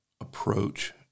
approach